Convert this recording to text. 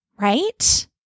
right